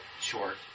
short